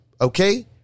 okay